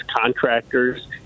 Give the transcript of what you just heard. contractors